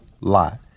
lot